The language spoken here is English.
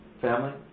family